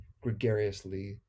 gregariously